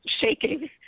shaking